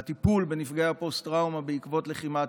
הטיפול בנפגעי הפוסט-טראומה בעקבות לחימה,